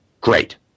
great